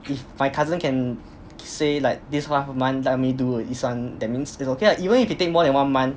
if my cousin can say like this half a month tell me do for this one means it's okay lah even if you take more than one month